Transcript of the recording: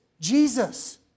Jesus